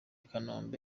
kanombe